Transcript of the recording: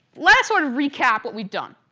let's sort of recap what we've done.